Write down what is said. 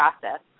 process